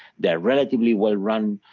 they're relatively well-run,